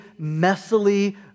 messily